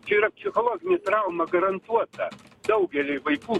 čia yra psichologinė trauma garantuota daugeliui vaikų